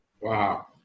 Wow